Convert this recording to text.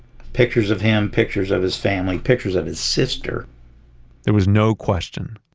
pictures of him, pictures of his family, pictures of his sister there was no question.